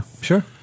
sure